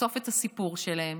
לחשוף את הסיפור שלהן